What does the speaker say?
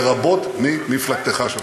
לרבות ממפלגתך שלך.